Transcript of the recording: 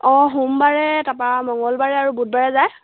অঁ সোমবাৰে তাৰপৰা মঙ্গলবাৰে আৰু বুধবাৰে যায়